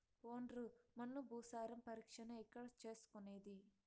ఒండ్రు మన్ను భూసారం పరీక్షను ఎక్కడ చేసుకునేది?